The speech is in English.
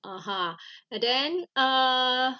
(uh huh) uh then uh